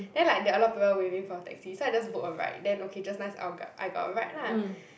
then like there are a lot of people waving for a taxi so I just book a ride then okay just nice I go~ I got a ride lah